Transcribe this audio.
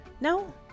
No